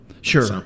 Sure